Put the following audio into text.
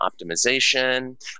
optimization